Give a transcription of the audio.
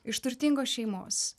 iš turtingos šeimos